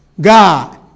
God